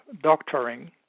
Doctoring